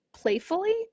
playfully